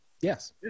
Yes